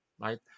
right